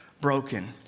broken